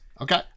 okay